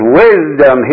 wisdom